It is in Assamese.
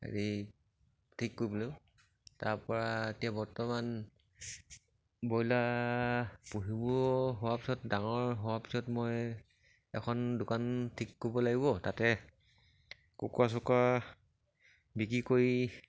হেৰি ঠিক কৰিবলৈও তাৰপৰা এতিয়া বৰ্তমান ব্ৰইলাৰ পুহিব হোৱাৰ পিছত ডাঙৰ হোৱাৰ পিছত মই এখন দোকান ঠিক কৰিব লাগিব তাতে কুকুৰা চুকুৰা বিক্ৰী কৰি